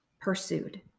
pursued